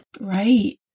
right